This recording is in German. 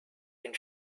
den